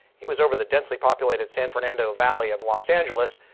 he was over the densely populated san fernando valley of los angeles.